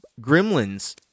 Gremlins